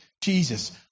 Jesus